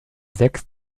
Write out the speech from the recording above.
sechs